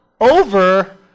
over